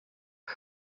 iri